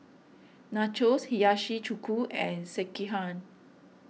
Nachos Hiyashi Chuka and Sekihan